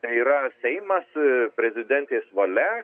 tai yra seimas prezidentės valia